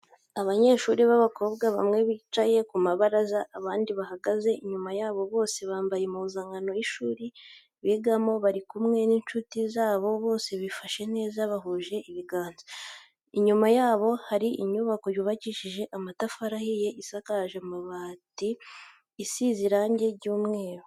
Abanyeshuri b'abakobwa bamwe bicaye ku mabaraza abandi bahagaze inyuma yabo bose, bambaye impuzankano z'ishuri bigamo bari kumwe n'inshuti zabo bose bifashe neza bahuje ibiganza, inyuma yabo hari inyubako yubakishije amatafari ahiye isakaje amabati isize irangi ry'umweru.